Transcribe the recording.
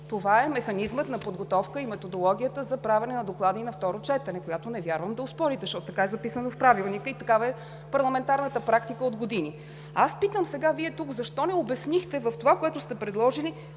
Това е механизмът на подготовка и методологията за правене на доклади на второ четене, която не вярвам да оспорите, защото така е записано в Правилника и такава е парламентарната практика от години. Аз питам сега Вие тук защо не обяснихте в това, което сте предложили,